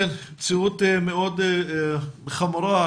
מציאות מאוד חמורה.